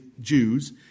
Jews